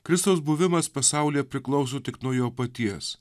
kristaus buvimas pasaulyje priklauso tik nuo jo paties